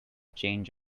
change